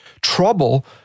trouble